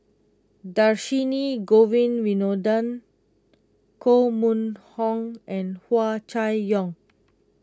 Dhershini Govin Winodan Koh Mun Hong and Hua Chai Yong